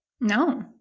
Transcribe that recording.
No